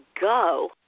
go